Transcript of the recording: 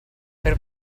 per